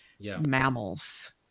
mammals